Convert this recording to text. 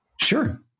Sure